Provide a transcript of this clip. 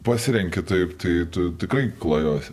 pasirenki taip tai tu tikrai klajosi